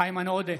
איימן עודה,